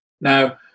Now